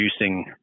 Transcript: reducing